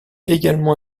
également